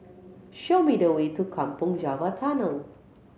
show me the way to Kampong Java Tunnel